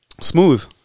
Smooth